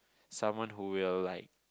someone who will like